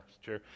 sure